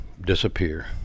disappear